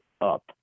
up